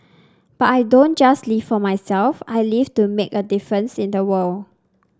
but I don't just live for myself I live to make a difference in the world